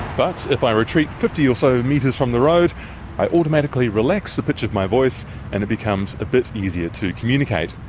but if i retreat fifty or so metres from the road i automatically relax the pitch of my voice and it becomes a bit easier to communicate.